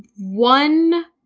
one